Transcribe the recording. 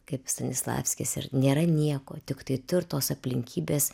kaip stanislavskis ir nėra nieko tiktai tirtos aplinkybės